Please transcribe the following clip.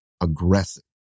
aggressive